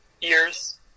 years